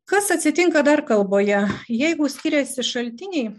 kas atsitinka dar kalboje jeigu skiriasi šaltiniai